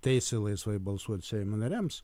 teisė laisvai balsuot seimo nariams